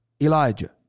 Elijah